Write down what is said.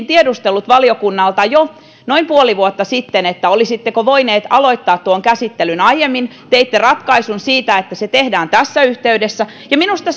tiedustellut valiokunnalta jo noin puoli vuotta sitten olisitteko voineet aloittaa tuon käsittelyn aiemmin teitte ratkaisun siitä että se tehdään tässä yhteydessä ja minusta